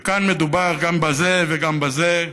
וכאן מדובר גם בזה וגם בזה.